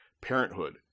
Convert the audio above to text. parenthood